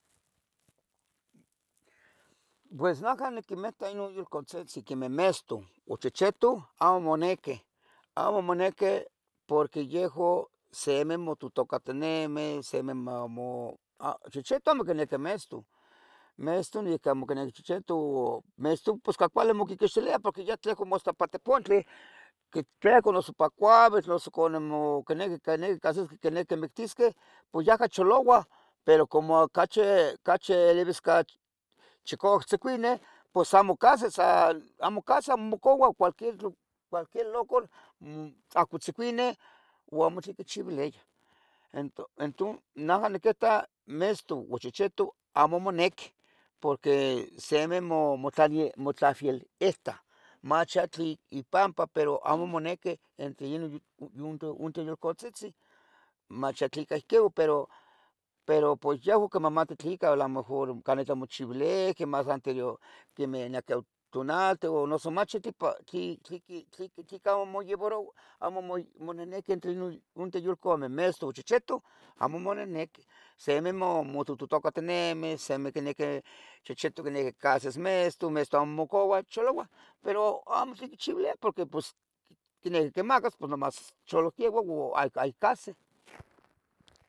Pues naha niquimita nonque yulcatzitzi quemeh mestu o chechetu amo moniquih, amo moniquih porque yehu simi mototocatinemih, simi mamo chechetu amo quiniqui mestu, mestu noyihqui amo quiniqui chechetu, mestu pos ca cuali quimoquixtilia, porque yeh tlehco mas ca pantipontli, tlehco mas pa pobitl noso ca quiniqui, quiniquih cahsisqueh quiniqui ic mictisqueh pos yahca choloua, pero como cachi cachi libis chicauac tzicuini pos amo cahsi sa amo cahsi amo mocoua, cualquier, cualquier lucar guahcotzicuini amo tlen icchiuiliah, entu, entun, naha niquita, mestu ua chechetu amo monequih, porque semeh motlali matlafielitah mach ya tli ipampa pero amo moniqui entre, entre yulcatzitzi, mach tleca ihquiu pero, pero yehua quimahmatih tlica a lo mejor onca itlah omochibilihqueh, mas se queh quemeh necah tonalten noso san mach satipa, tli, tlica, tlica amo mo yevarouah, amo monihniqui entre yulcameh, mestuh ua chechetu amo monihniquih, semi mototocatinimeh, simi queniquih, chechetu icniqui cahsis mestu, mestu amo mocaua, cholua, pero amo tlen quichiuilia porque pos quiniqui quimacas pos nomas cholohteua ua ayic cahsih.